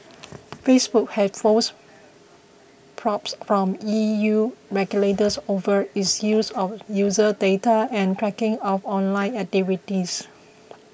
facebook has faced probes from E U regulators over its use of user data and tracking of online activities